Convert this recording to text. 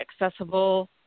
accessible